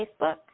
Facebook